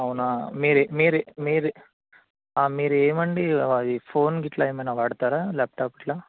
అవునా మీరు మీర్ మీర్ మీరు ఏమండి ఫోన్ ఇట్లా ఏమైనా వాడతారా ల్యాప్టాప్ ఇట్లా